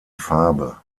farbe